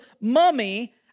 mummy